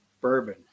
bourbon